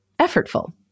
effortful